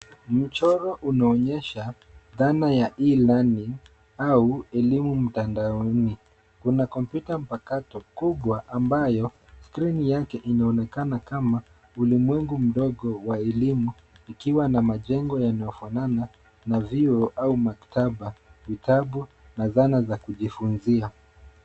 Mchoro unaonyesha dhana ya e-learning au elimu mtandaoni. Kuna kompyuta mpakato kubwa ambaye skrini yake inaonekana kama ulimwengu mdogo wa elimu ikiwa na majengo yanayofanana na vyuo au maktaba, vitabu na sana za kujifunzia.